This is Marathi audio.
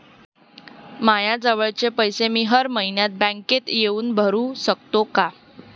मायाजवळचे पैसे मी हर मइन्यात बँकेत येऊन भरू सकतो का?